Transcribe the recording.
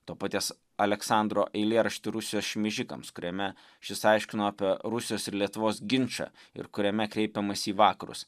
to paties aleksandro eilėraštį rusijos šmeižikams kuriame šis aiškino apie rusijos ir lietuvos ginčą ir kuriame kreipiamasi į vakarus